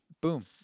boom